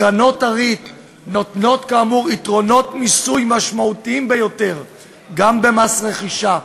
קרנות הריט נותנות כאמור יתרונות מיסוי משמעותיים ביותר גם במס רכישה,